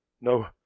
no